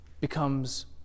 becomes